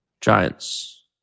Giants